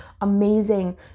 amazing